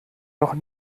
noch